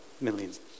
millions